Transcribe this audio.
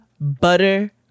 butter